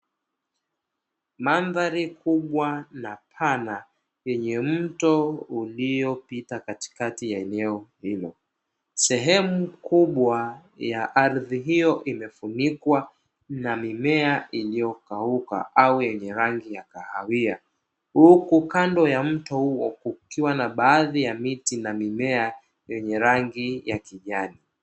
Mandhari kubwa na pana yenye mto uliopita katikati ya eneo hilo sehemu kubwa ya ardhi hiyo imefunikwa na mimea iliyokauka au yenye rangi ya kahawia. huku kando ya mto huo kukiwa na baadhi ya miti na mimea yenye rangi ya kijani.